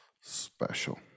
special